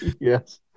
yes